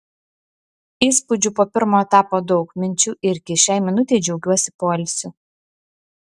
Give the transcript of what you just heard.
įspūdžių po pirmo etapo daug minčių irgi šiai minutei džiaugiuosi poilsiu